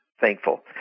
thankful